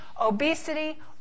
obesity